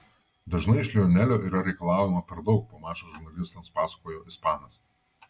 dažnai iš lionelio yra reikalaujama per daug po mačo žurnalistams pasakojo ispanas